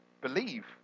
believe